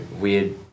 weird